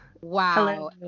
wow